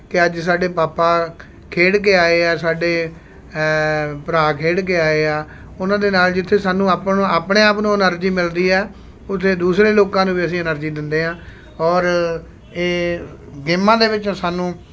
ਕਿ ਅੱਜ ਸਾਡੇ ਪਾਪਾ ਖੇਡ ਕੇ ਆਏ ਆ ਸਾਡੇ ਭਰਾ ਖੇਡ ਕੇ ਆਏ ਆ ਉਹਨਾਂ ਦੇ ਨਾਲ਼ ਜਿੱਥੇ ਸਾਨੂੰ ਆਪਾਂ ਨੂੰ ਆਪਣੇ ਆਪ ਨੂੰ ਐਨਰਜੀ ਮਿਲਦੀ ਹੈ ਉੱਥੇ ਦੂਸਰੇ ਲੋਕਾਂ ਨੂੰ ਵੀ ਅਸੀਂ ਐਨਰਜੀ ਦਿੰਦੇ ਹਾਂ ਔਰ ਇਹ ਗੇਮਾਂ ਦੇ ਵਿੱਚ ਸਾਨੂੰ